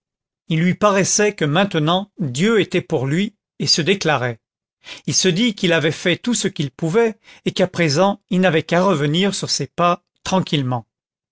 il lui paraissait que maintenant dieu était pour lui et se déclarait il se dit qu'il avait fait tout ce qu'il pouvait et qu'à présent il n'avait qu'à revenir sur ses pas tranquillement